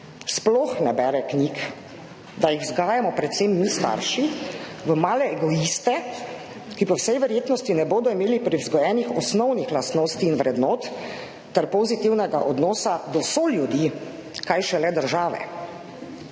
sploh ne bere knjig, da jih vzgajamo predvsem mi starši v male egoiste, ki po vsej verjetnosti ne bodo imeli privzgojenih osnovnih lastnosti in vrednot ter pozitivnega odnosa do soljudi, kaj šele države.